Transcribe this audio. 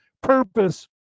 purpose